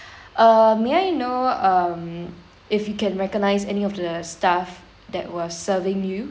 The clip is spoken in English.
uh may I know um if you can recognize any of the staff that were serving you